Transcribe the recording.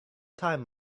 time